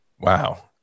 Wow